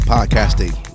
Podcasting